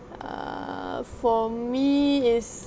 err for me is